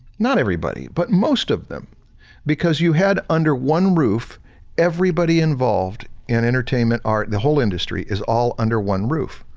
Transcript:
not everybody but most of them because you had under one roof everybody involved in entertainment art, the whole industry is all under one roof.